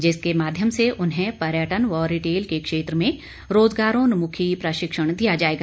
जिसके माध्यम से उन्हें पर्यटन व रिटेल के क्षेत्र में रोजगारोन्मुखी प्रशिक्षण दिया जाएगा